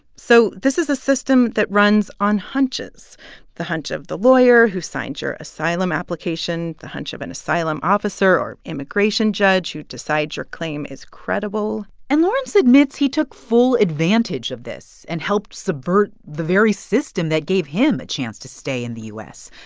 so this is a system that runs on hunches the hunch of the lawyer who signs your asylum application, the hunch of an asylum officer or immigration judge who decides your claim is credible and lawrence admits he took full advantage of this and helped subvert the very system that gave him a chance to stay in the u s.